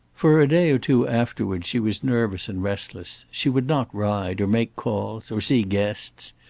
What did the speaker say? for a day or two afterwards she was nervous and restless. she would not ride, or make calls, or see guests.